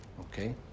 Okay